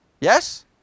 Yes